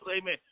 amen